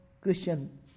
Christian